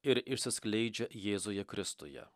ir išsiskleidžia jėzuje kristuje